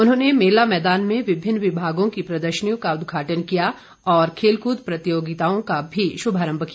उन्होंने मेला मैदान में विभिन्न विभागों की प्रदर्शनियों का उदघाटन किया और खेलकृद प्रतियोगिताओं का भी शुभारम्भ किया